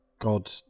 God